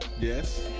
Yes